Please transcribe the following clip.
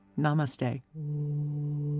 Namaste